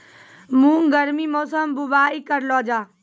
मूंग गर्मी मौसम बुवाई करलो जा?